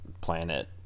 planet